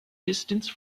distance